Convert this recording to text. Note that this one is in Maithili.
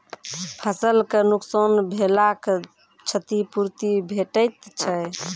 फसलक नुकसान भेलाक क्षतिपूर्ति भेटैत छै?